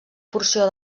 porció